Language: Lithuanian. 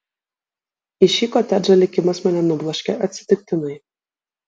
į šį kotedžą likimas mane nubloškė atsitiktinai